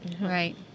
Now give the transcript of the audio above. Right